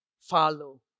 follow